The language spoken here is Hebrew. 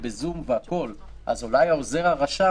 למצב של חובות ורוצה להציע הסדר לנושים